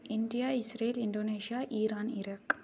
India Israel Indonesia Iran Iraq